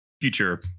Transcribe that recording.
future